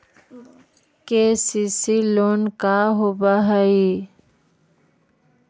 KCC loan का होब हइ?